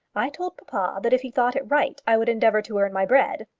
i told papa that if he thought it right, i would endeavour to earn my bread.